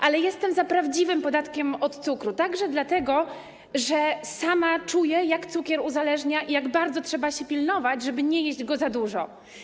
Ale jestem za prawdziwym podatkiem od cukru także dlatego, że sama czuję, jak cukier uzależnia i jak bardzo trzeba się pilnować, żeby nie jeść go za dużo.